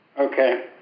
Okay